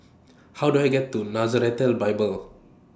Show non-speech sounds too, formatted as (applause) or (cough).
(noise) How Do I get to Nazareth Bible